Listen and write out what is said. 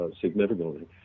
significantly